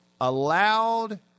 allowed